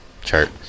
chart